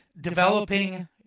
developing